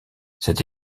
cette